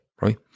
right